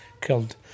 killed